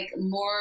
more